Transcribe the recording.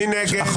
מי נגד?